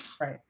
Right